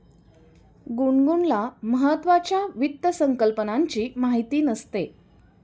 गुनगुनला महत्त्वाच्या वित्त संकल्पनांची माहिती नसते